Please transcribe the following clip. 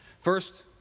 First